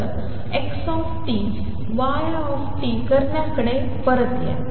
तर X Y करण्याकडे परत या